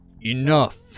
Enough